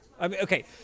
Okay